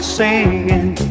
singing